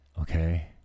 okay